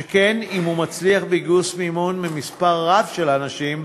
שכן אם הוא מצליח בגיוס מימון ממספר רב של אנשים,